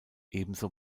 ebenso